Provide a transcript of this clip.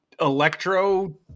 electro